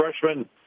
freshman